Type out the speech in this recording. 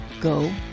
Go